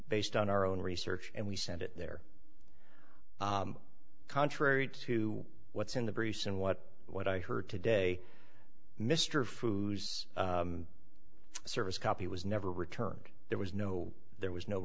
based on our own research and we sent it there contrary to what's in the briefs and what what i heard today mr food service copy was never returned there was no there was no